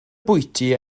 bwyty